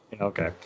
Okay